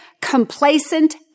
complacent